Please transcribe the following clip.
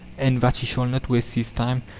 and, that he shall not waste his time,